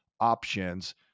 options